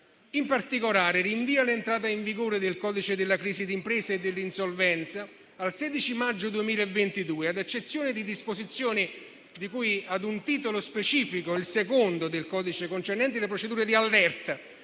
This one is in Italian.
In particolare, rinvia l'entrata in vigore del codice della crisi d'impresa e dell'insolvenza al 16 maggio 2022, ad eccezione di disposizioni di cui a un titolo specifico del codice (il secondo), concernenti le procedure di allerta